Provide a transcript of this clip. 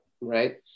right